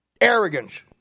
Arrogance